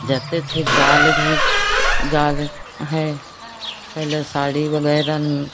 जाते थे जाल भी जाल है पहले साड़ी वगैरह में